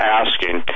asking